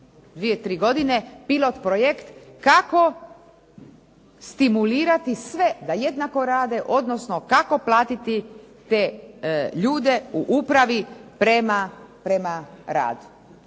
tri godine pilot projekt kako stimulirati sve da jednako rade, odnosno kako platiti te ljude u upravi prema radu.